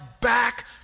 back